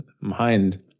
mind